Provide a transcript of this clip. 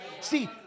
See